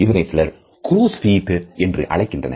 இதனை சிலர் crows feet என்று அழைக்கின்றனர்